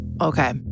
Okay